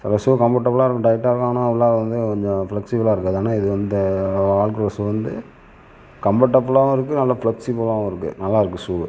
சில ஷூ கம்ஃபர்டபிலாக இருக்கும் டைட்டாக இருக்கும் ஆனால் உள்ளார வந்து கொஞ்சம் ஃப்ளக்ஸிபிலாக இருக்காது ஆனால் இது இந்த வால்க்ரோ ஷூ வந்து கம்ஃபர்டபிலாகவும் இருக்குது நல்லா ஃப்ளக்ஸிபிலாகவும் இருக்குது நல்லா இருக்குது ஷூவு